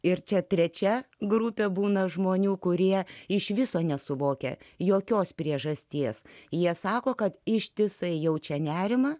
ir čia trečia grupė būna žmonių kurie iš viso nesuvokia jokios priežasties jie sako kad ištisai jaučia nerimą